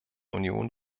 union